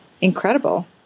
incredible